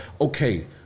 Okay